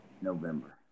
November